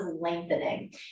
lengthening